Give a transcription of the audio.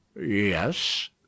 Yes